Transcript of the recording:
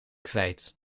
kwijt